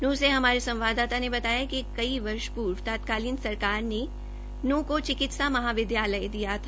नृंह में हमारे संवाददाता ने बताा कि कई वर्ष पूर्व तात्कालिन सरकार ने नूंह को चिकित्सा महाविद्यालय दिया थ